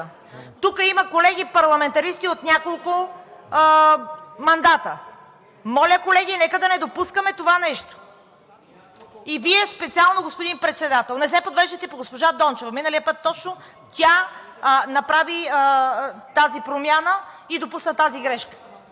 Тук има колеги парламентаристи от няколко мандата. Моля, колеги, нека да не допускаме това нещо и Вие специално, господин Председател. Не се подвеждайте по госпожа Дончева. Миналия път точно тя направи тази промяна и допусна тази грешка.